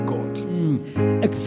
God